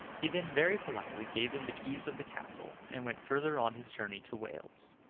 he then very politely gave them the keys of the castle, and went further on his journey to wales.